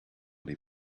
les